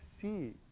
see